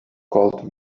called